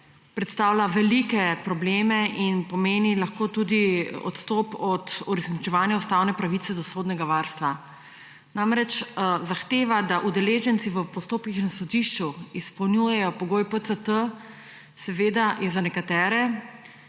predstavlja velike probleme in pomeni lahko tudi odstop od uresničevanja ustavne pravice do sodnega varstva. Namreč zahteva, da udeleženci v postopkih na sodišču izpolnjujejo pogoj PCT, je seveda za nekatere,